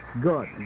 Good